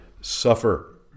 suffer